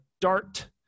dart